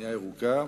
בנייה ירוקה,